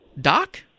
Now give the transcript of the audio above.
Doc